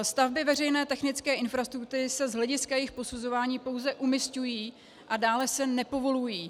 Stavby veřejné technické infrastruktury se z hlediska jejich posuzování pouze umisťují a dále se nepovolují.